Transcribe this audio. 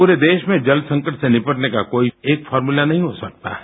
पूरे देश में जल संकट से निपटने का कोई एक फार्मूला नहीं हो सकता है